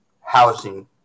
housing